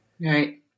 Right